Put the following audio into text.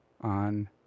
on